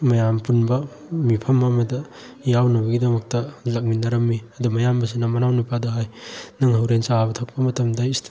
ꯃꯌꯥꯝ ꯄꯨꯟꯕ ꯃꯤꯐꯝ ꯑꯃꯗ ꯌꯥꯎꯅꯕꯒꯤꯗꯃꯛꯇ ꯂꯥꯛꯃꯤꯟꯅꯔꯝꯃꯤ ꯑꯗꯣ ꯃꯌꯥꯝꯕꯁꯤꯅ ꯃꯅꯥꯎꯅꯨꯄꯥꯗ ꯍꯥꯏ ꯅꯪ ꯍꯣꯔꯦꯟ ꯆꯥꯕ ꯊꯛꯄ ꯃꯇꯝꯗ